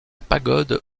pagode